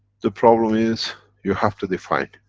the problem is, you have to define.